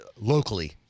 Locally